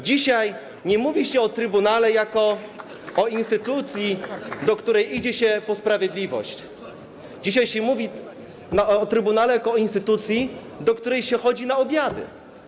Dzisiaj nie mówi się o Trybunale jako o instytucji, do której idzie się po sprawiedliwość, dzisiaj się mówi o trybunale jako o instytucji, do której się chodzi na obiady.